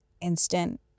Instant